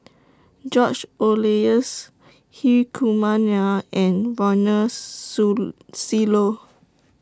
George Oehlers Hri Kumar Nair and Ronald Susilo